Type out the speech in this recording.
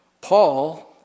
Paul